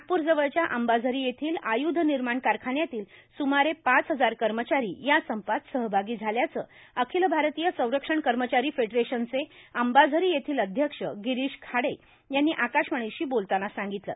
नागपूर जवळच्या अंबाझरी येथील आयुध निर्माण कारखान्यातील सुमारे पाच हजार कर्मचारी या संपात सहभागी झाल्याचं अखिल भारतीय संरक्षण कर्मचारी फेडरेशनचे अंबाझरी येथील अध्यक्ष गिरीश खाडे यांनी आकाशवाणीशी बोलताना ही माहिती दिली